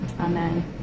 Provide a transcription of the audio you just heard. Amen